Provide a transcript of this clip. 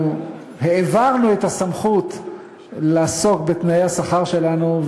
אנחנו העברנו את הסמכות לעסוק בתנאי השכר שלנו,